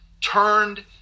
turned